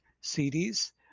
series